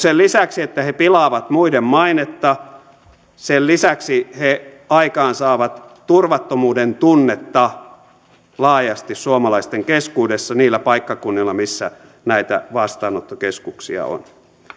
sen lisäksi että he pilaavat muiden mainetta he aikaansaavat turvattomuudentunnetta laajasti suomalaisten keskuudessa niillä paikkakunnilla missä näitä vastaanottokeskuksia on